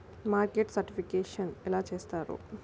Market certification ఎలా చేస్తారు?